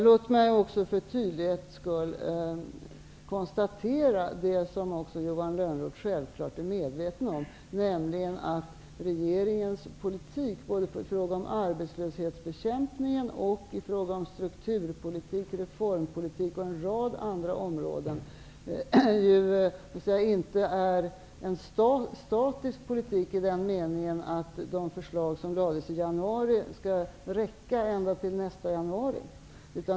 Låt mig också för tydlighetens skull konstatera det som även Johan Lönnroth självfallet är medveten om, nämligen att regeringens politik i fråga om arbetslöshetsbekämpning, strukturpolitik, reformpolitik och en rad andra områden inte är en statisk politik i den meningen att de förslag som lades fram i januari skall räcka ända till nästa januari.